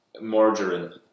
margarine